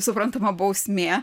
suprantama bausmė